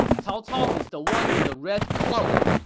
cao cao is the one in the red cloak!